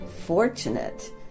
fortunate